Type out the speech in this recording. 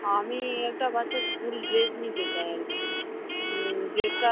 আমি একটা বাচ্চার স্কুল ড্রেস নিতে চাই আর কি ড্রেসটার